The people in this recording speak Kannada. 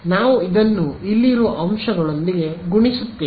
ನಾವು ಇದನ್ನು ಇಲ್ಲಿರುವ ಅಂಶಗಳೊಂದಿಗೆ ಗುಣಿಸುತ್ತೇವೆ